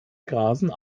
grasen